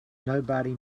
nobody